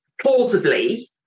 plausibly